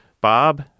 Bob